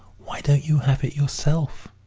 why don't you have it yourself?